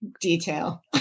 detail